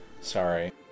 Sorry